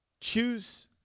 choose